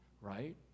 right